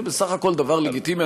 זה בסך הכול זה דבר לגיטימי.